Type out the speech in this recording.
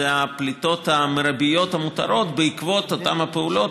זה הפליטות המרביות המותרות בעקבות אותן פעולות